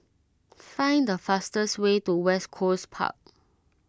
find the fastest way to West Coast Park